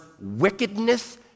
wickedness